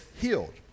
healed